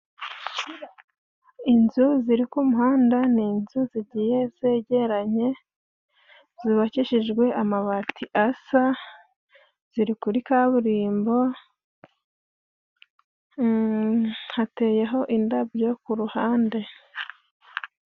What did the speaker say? Inzu ziri ku muhanda ni inzu zigiye zegeranye, zubakishijwe amabati asa, ziri kuri kaburimbo, hateyeho indabyo ku ruhande.